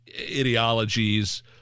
ideologies –